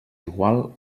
igual